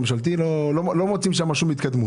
אני לא רוצה עוד פעם לפתוח את הדיון.